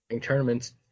tournaments